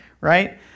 right